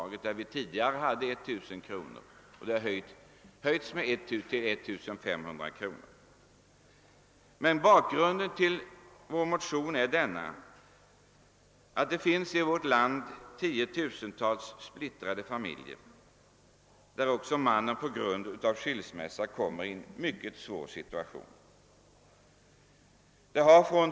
Tidigare har avdraget varit begränsat till 1000 kr., men det föreslås nu höjt till 1 500 kr. Bakgrunden till vår motion är att det i vårt land finns tiotusentals splittrade familjer där mannen på grund av skilsmässa kommit i en mycket svår situation.